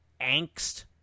angst